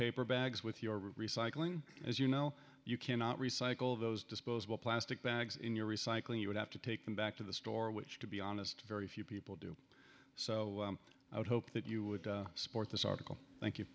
paper bags with your recycling as you know you cannot recycle those disposable plastic bags in your recycling you would have to take them back to the store which to be honest very few people do so i would hope that you would support this article thank you